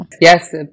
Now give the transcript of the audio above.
Yes